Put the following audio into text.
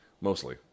Mostly